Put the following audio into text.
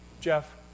Jeff